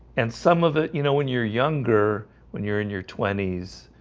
and some of it, you know, when you're younger when you're in your twenty s,